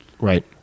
Right